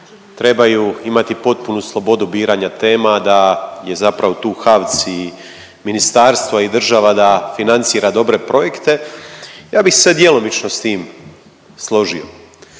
trebaju imati potpunu slobodu biranja tema, da je zapravo tu HAVC i ministarstvo i država da financira dobre projekte. Ja bih se djelomično s tim složio.